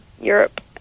Europe